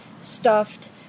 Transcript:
stuffed